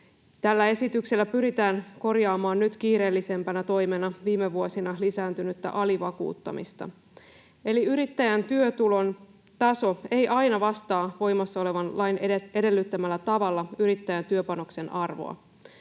tällä esityksellä pyritään korjaamaan nyt kiireellisempänä toimena viime vuosina lisääntynyttä alivakuuttamista. Eli yrittäjän työtulon taso ei aina vastaa voimassa olevan lain edellyttämällä tavalla yrittäjän työpanoksen arvoa.